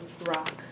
rock